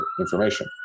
information